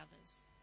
others